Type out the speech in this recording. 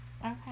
Okay